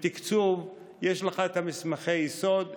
בתקצוב יש לך את מסמכי היסוד,